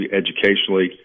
educationally